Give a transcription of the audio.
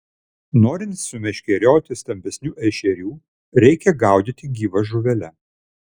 norint sumeškerioti stambesnių ešerių reikia gaudyti gyva žuvele